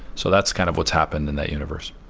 so that's kind of what's happened in that universe.